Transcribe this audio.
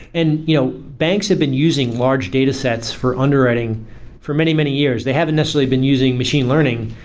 and you know banks have been using large data sets for underwriting for many, many years. they haven't necessarily been using machine learning,